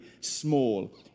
small